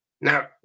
Now